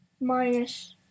minus